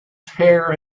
tear